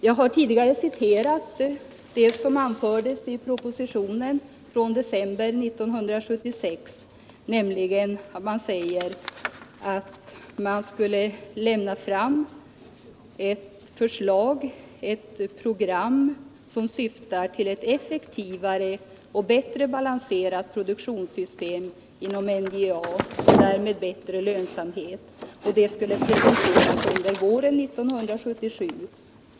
Jag har tidigare citerat det som anfördes i propositionen från december 1976, nämligen att man skulle lämna fram ett förslag, ett program, som syftar till ett effektivare och bättre balanserat produktionssystem inom NJA och därmed bättre lönsamhet. Det skulle presenteras under våren 1977.